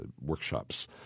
workshops